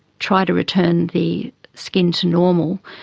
try to return the skin to normal,